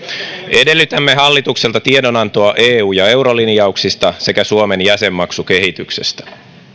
edellytämme hallitukselta tiedonantoa eu ja eurolinjauksista sekä suomen jäsenmaksukehityksestä